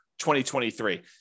2023